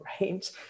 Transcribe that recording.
right